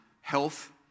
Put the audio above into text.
health